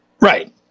right